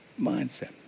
mindset